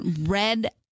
Red